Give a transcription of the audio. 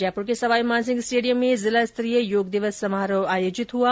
जयपुर के सवाईमानसिंह स्टेडियम में जिलास्तरीय योग दिवस समारोह हुआ